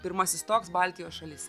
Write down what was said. pirmasis toks baltijos šalyse